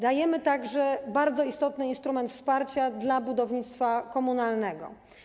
Dajemy także bardzo istotny instrument wsparcia dla budownictwa komunalnego.